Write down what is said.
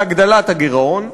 בהגדלת הגירעון.